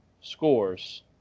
scores